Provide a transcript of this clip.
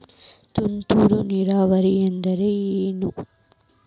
ತುಂತುರು ನೇರಾವರಿ ಅಂದ್ರ ಏನ್?